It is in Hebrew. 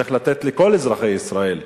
צריך לתת לכל אזרחי ישראל,